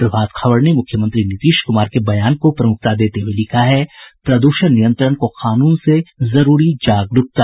प्रभात खबर ने मुख्यमंत्री नीतीश कुमार के बयान को प्रमुखता देते हुये लिखा है प्रदूषण नियंत्रण को कानून से जरूरी जागरूकता